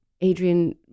Adrian